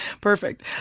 Perfect